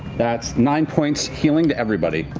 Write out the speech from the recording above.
that's nine points healing to everybody.